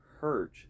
hurt